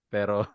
pero